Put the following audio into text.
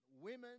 women